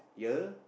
ya